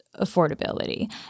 affordability